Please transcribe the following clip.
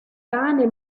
pane